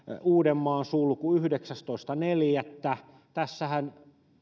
uudenmaan sulku yhdeksästoista neljättä asti tässähän